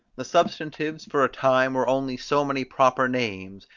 the substantives for a time were only so many proper names,